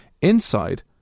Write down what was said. Inside